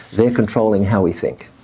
they're controlling how we think.